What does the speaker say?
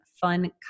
fun